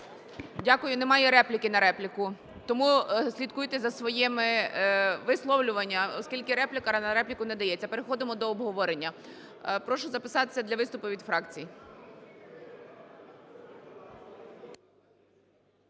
Дякую. Немає репліки на репліку, тому слідкуйте за своїми висловлюваннями, оскільки репліка на репліку не дається. Переходимо до обговорення. Прошу записатися для виступу від фракцій.